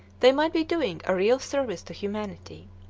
they might be doing a real service to humanity.